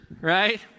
right